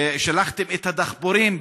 שלחתם את הדחפורים,